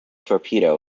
torpedo